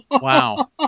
Wow